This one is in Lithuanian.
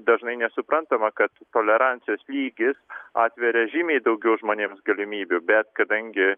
dažnai nesuprantama kad tolerancijos lygis atveria žymiai daugiau žmonėms galimybių bet kadangi